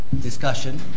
discussion